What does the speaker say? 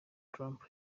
trump